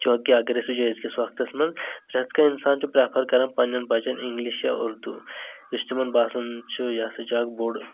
چوٗنکہ اگر أسۍ وٕچھو أزۍ کِس وقتس منٛز پرٛٮ۪تھ کانٛہہ اِنسان چھُ پرٮ۪فر کران پنٕنٮ۪ن بچن اِنگلِش یا اُردوٗ یُس تِمن باسان چھُ یہِ ہسا چُھ اکھ چھُ